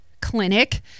clinic